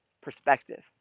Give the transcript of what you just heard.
perspective